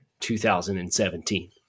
2017